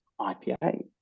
IPA